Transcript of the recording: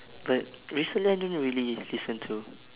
but recently I don't really listen to